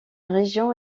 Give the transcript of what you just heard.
région